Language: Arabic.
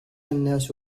الناس